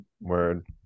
word